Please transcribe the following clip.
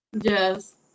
Yes